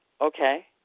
okay